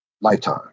Lifetime